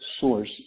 source